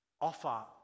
offer